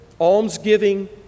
almsgiving